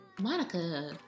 Monica